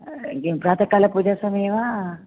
किं प्रातः काले पूजासमये वा